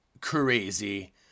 crazy